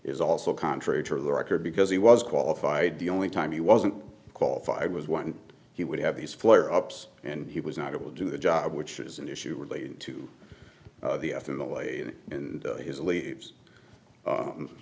is also contrary to the record because he was qualified the only time he wasn't qualified was one he would have these flare ups and he was not able to do the job which is an issue related to the f in the lady and his leaves